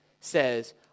says